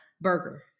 burger